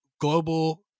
global